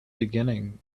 beginning